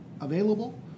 available